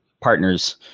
partners